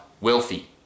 wealthy